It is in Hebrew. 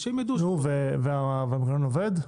והמנגנון עובד?